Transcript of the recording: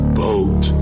boat